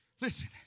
listen